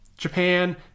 Japan